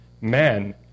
men